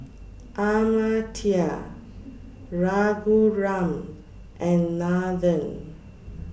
Amartya Raghuram and Nathan